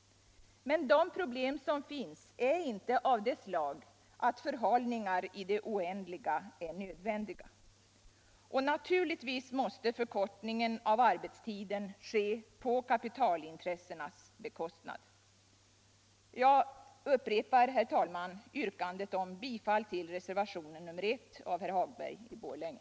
Men de problem som finns är inte av det slaget att förhalningar i det oändliga är nödvändiga. Och naturligtvis måste förkortningen av arbetstiden ske på kapitalintressenas bekostnad. Jag upprepar, herr talman, yrkandet om bifall till reservationen 1 av herr Hagberg i Borlänge.